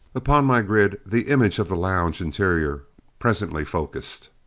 upon my grid the image of the lounge interior presently focused.